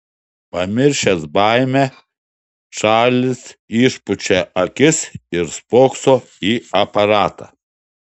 pamiršęs baimę čarlis išpučia akis ir spokso į aparatą